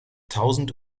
tausend